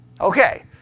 Okay